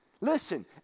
Listen